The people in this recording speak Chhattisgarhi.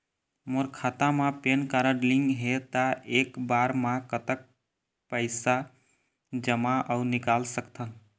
मोर खाता मा पेन कारड लिंक हे ता एक बार मा कतक पैसा जमा अऊ निकाल सकथन?